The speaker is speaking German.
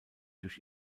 durch